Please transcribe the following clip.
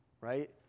right